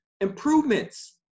improvements